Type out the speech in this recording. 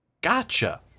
Gotcha